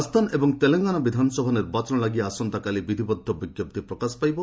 ରାଜସ୍ଥାନ ଏବଂ ତେଲଙ୍ଗାନା ବିଧାନସଭା ନିର୍ବାଚନ ଲାଗି ଆସନ୍ତାକାଲି ବିଧିବଦ୍ଧ ବିଜ୍ଞପ୍ତି ପ୍ରକାଶ ପାଇବ